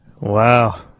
Wow